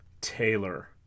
Taylor